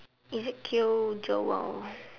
ezekiel joel